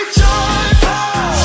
joyful